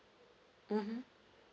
mmhmm